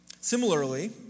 Similarly